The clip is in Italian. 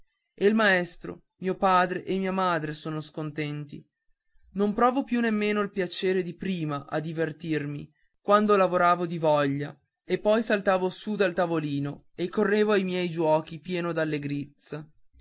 e il maestro mio padre e mia madre sono scontenti non provo più neppure il piacere di prima a divertirmi quando lavoravo di voglia e poi saltavo su dal tavolino e correvo ai miei giochi pieno